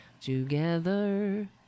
together